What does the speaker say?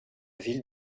ville